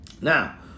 Now